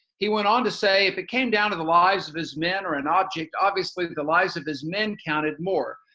he went on to saying if it came down to the lives of his man or an object, obviously the the lives of his men counted more,